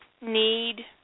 need